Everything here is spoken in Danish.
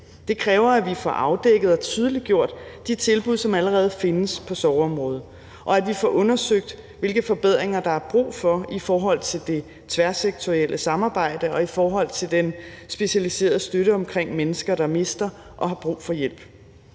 Det kræver, at vi får afdækket og tydeliggjort de tilbud, som allerede findes på sorgområdet, og at vi får undersøgt, hvilke forbedringer der er brug for i forhold til det tværsektorielle samarbejde og i forhold til den specialiserede støtte omkring mennesker, der mister og har brug for hjælp.